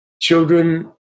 children